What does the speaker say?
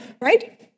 right